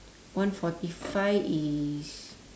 one forty five is